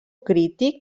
crític